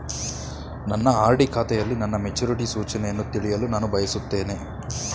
ನನ್ನ ಆರ್.ಡಿ ಖಾತೆಯಲ್ಲಿ ನನ್ನ ಮೆಚುರಿಟಿ ಸೂಚನೆಯನ್ನು ತಿಳಿಯಲು ನಾನು ಬಯಸುತ್ತೇನೆ